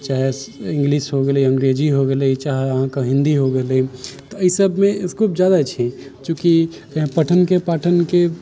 चाहे इंग्लिश हो गेलै अंग्रेजी हो गेलै चाहे अहाँके हिन्दी हो गेलै तऽ ई सभमे स्कोप जादा छै चूँकि पठनके पाठनके